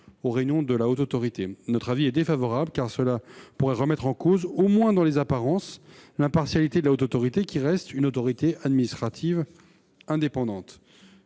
aux réunions de la Haute Autorité. Notre avis est défavorable, car cela remettrait en cause, au moins dans les apparences, l'impartialité de la Haute Autorité, qui reste une autorité administrative indépendante.